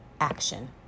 action